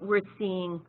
we're seeing